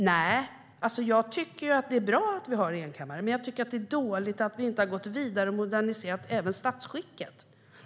Nej, alltså jag tycker att det är bra att vi har en enkammarriksdag, men jag tycker att det är dåligt att vi inte har gått vidare och moderniserat även statsskicket.